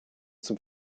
zum